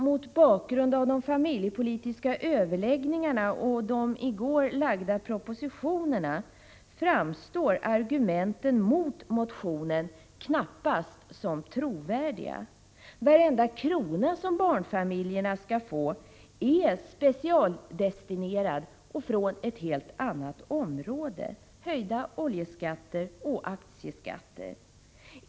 Mot bakgrund av de familjepolitiska överläggningarna och de i går framlagda propositionerna framstår argumenten mot motionen knappast som trovärdiga. Varenda krona som barnfamiljerna skall få är specialdestinerad och tas från ett helt annat område, genom höjda oljeskatter och aktieskatter.